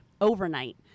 overnight